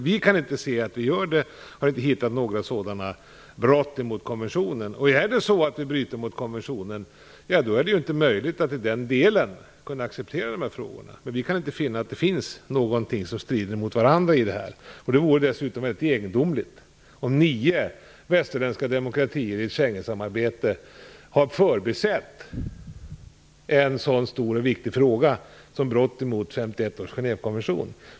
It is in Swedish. Vi kan inte se att vi gör det. Vi har inte hittat några sådana brott emot konventionen. Är det så att vi bryter mot konventionen, då är det inte möjligt att i den delen kunna acceptera avtalet i de frågorna. Men vi kan inte finna något motstridigt i sammanhanget. Det vore dessutom rätt egendomligt om nio västerländska demokratier i ett Schengensamarbete har förbisett en så stor och viktig fråga som brott emot 1951 års Genèvekonvention.